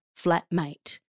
flatmate